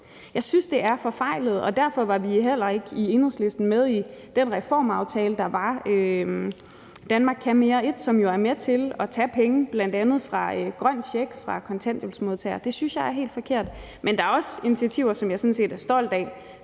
Jeg synes, det er forfejlet, og derfor var vi i Enhedslisten heller ikke med i den reformaftale, der var, »Danmark kan mere I«, som jo er med til at tage penge bl.a. fra den grønne check og fra kontanthjælpsmodtagere. Det synes jeg er helt forkert, men der er også initiativer, som jeg sådan set er stolt af,